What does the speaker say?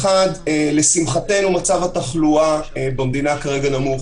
דבר אחד, לשמחתנו מצב התחלואה במדינה כרגע נמוך.